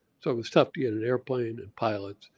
so it was tough to get an airplane and pilot.